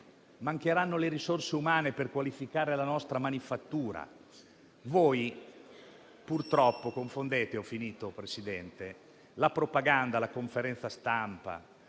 mancheranno le risorse umane per qualificare la nostra manifattura. Voi purtroppo confondete tutto questo con la propaganda, con la conferenza stampa,